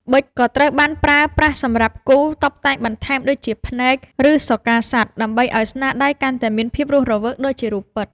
ប៊ិច ក៏ត្រូវបានប្រើប្រាស់សម្រាប់គូរតុបតែងបន្ថែមដូចជា ភ្នែក ឬស្រកាសត្វ ដើម្បីឱ្យស្នាដៃកាន់តែមានភាពរស់រវើកដូចជារូបពិត។